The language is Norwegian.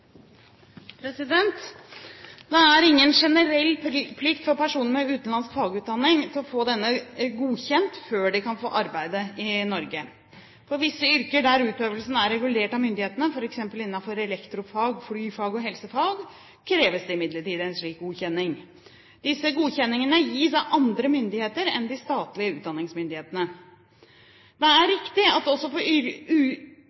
Det er ingen generell plikt for personer med utenlandsk fagutdanning til å få denne godkjent før de kan få arbeide i Norge. For visse yrker der utøvelsen er regulert av myndighetene, f.eks. innenfor elektrofag, flyfag og helsefag, kreves det imidlertid en slik godkjenning. Disse godkjenningene gis av andre myndigheter enn de statlige utdanningsmyndighetene. Det er